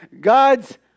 God's